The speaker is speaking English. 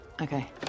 Okay